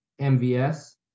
MVS